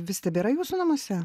vis tebėra jūsų namuose